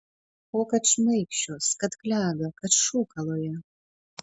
o kad šmaikščios kad klega kad šūkaloja